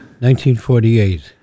1948